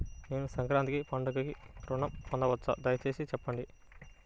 నేను సంక్రాంతికి పండుగ ఋణం పొందవచ్చా? దయచేసి చెప్పండి?